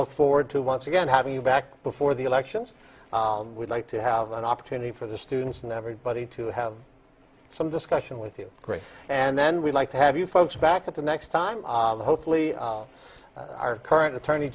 look forward to once again having you back before the elections we'd like to have an opportunity for the students and everybody to have some discussion with you and then we'd like to have you folks back at the next time hopefully our current attorney